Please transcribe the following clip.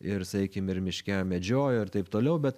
ir sakykim ir miške medžiojo ir taip toliau bet